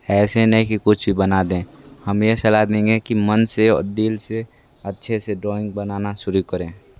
ऐसे नहीं कि कुछ भी बना दें हम यह सलाह देंगे कि मन से और दिल से अच्छे से ड्रॉइंग बनाना शुरू करें